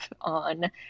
on